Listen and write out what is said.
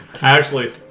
Ashley